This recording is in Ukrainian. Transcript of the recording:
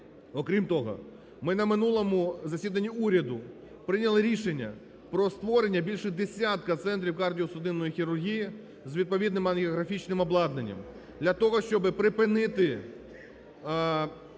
Окрім того, ми на минулому засіданні уряду прийняли рішення про створення більше десятка центрів кардіо-судинної хірургії з відповідним агіографічним обладнанням, для того щоб припинити